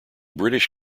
british